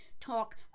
talk